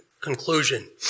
conclusion